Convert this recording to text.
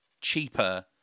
cheaper